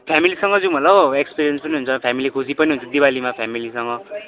फेमिलीसँग जाउँ होला हौ एक्सपिरियन्स पनि हुन्छ फेमिली खुसी पनि हुन्छ दिवालीमा फेमिलीसँग